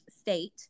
state